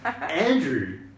Andrew